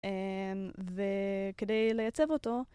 וכדי לייצב אותו